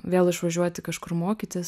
vėl išvažiuoti kažkur mokytis